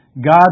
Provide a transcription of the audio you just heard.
God